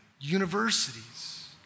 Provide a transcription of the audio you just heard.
universities